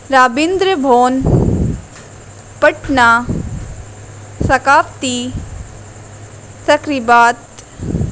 رابندر بھون پٹنہ ثقافتی تقریبات